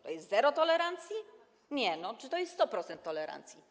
To jest zero tolerancji czy to jest 100% tolerancji?